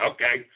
Okay